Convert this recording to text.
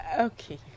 Okay